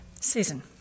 Susan